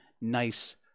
nice